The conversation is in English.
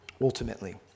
ultimately